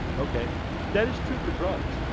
okay that is true for drugs.